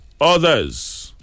others